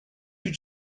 you